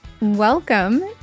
Welcome